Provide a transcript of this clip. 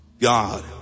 God